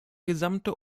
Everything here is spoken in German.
gesamte